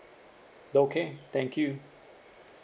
okay thank you